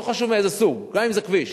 לא חשוב מאיזה סוג, גם אם זה כביש,